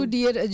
Dear